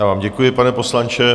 Já vám děkuji, pane poslanče.